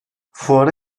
fuara